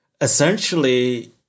Essentially